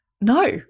No